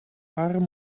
haren